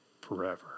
forever